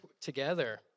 together